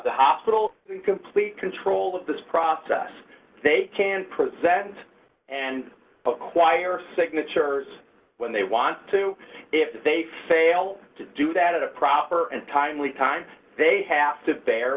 the hospital in complete control of this process they can present and acquire signatures when they want to if they fail to do that in a proper and timely time they have to bear